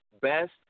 best